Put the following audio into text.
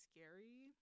scary